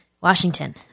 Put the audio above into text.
Washington